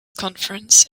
conference